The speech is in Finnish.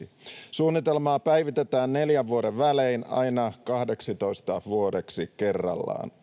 2021—2032. Suunnitelmaa päivitetään neljän vuoden välein aina 12 vuodeksi kerrallaan.